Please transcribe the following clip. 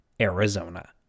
Arizona